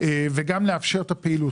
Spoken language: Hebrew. וגם לאפשר את הפעילות.